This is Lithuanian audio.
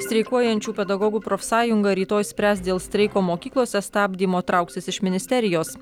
streikuojančių pedagogų profsąjunga rytoj spręs dėl streiko mokyklose stabdymo trauksis iš ministerijos